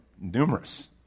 numerous